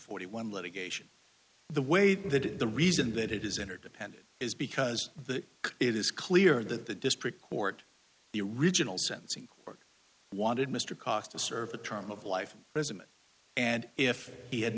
forty one litigation the way that the reason that it is interdependent is because the it is clear that the district court the original sentencing wanted mr cox to serve a term of life present and if he had